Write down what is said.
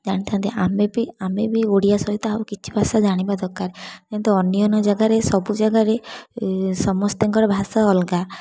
ଜାଣିଥାନ୍ତି ଆମେ ବି ଆମେ ବି ଓଡ଼ିଆ ସହିତ ଆଉ କିଛି ଭାଷା ଜାଣିବା ଦରକାର ଯେମିତି ଅନ୍ୟାନ ଜାଗାରେ ସବୁ ଜାଗାରେ ସମସ୍ତଙ୍କର ଭାଷା ଅଲଗା